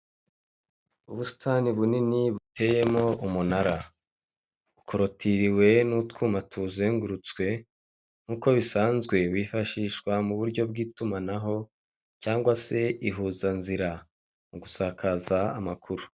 Ubusitani bunini buteyemo umunara bukorotiriwe n'utwuma tuwuzengurutswe nk'uko bisanzwe wifashishwa mu buryo bw'itumanaho cyangwa se ihuzanzira mu gusakaza amakuru.